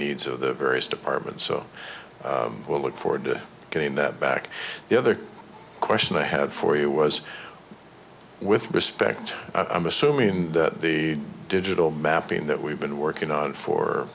needs of the various departments so we'll look forward to getting that back the other question i had for you was with respect i'm assuming that the digital mapping that we've been working on for